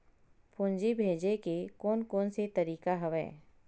पूंजी भेजे के कोन कोन से तरीका हवय?